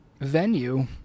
venue